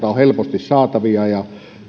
helposti saatavia ja